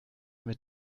mit